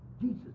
Jesus